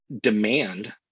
demand